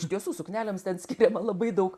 iš tiesų suknelėms ten skiriama labai daug